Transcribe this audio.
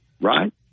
right